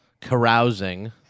carousing